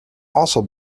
also